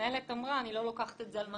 המנהלת אמרה שהיא לא לוקחת את זה על אחריותה.